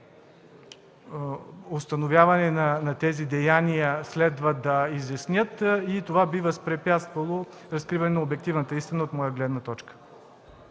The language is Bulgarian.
установяване на тези деяния следва да изяснят и това би възпрепятствало разкриването на обективната истина от моя гледна точка.